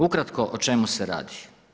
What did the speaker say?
Ukratko o čemu se radi.